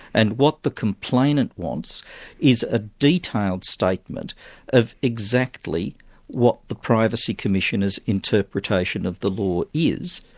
and what the complainant wants is a detailed statement of exactly what the privacy commissioner's interpretation of the law is,